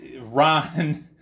Ron